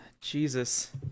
Jesus